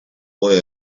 boy